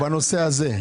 בנושא הזה.